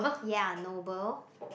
ya noble